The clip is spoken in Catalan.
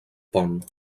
pont